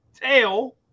tail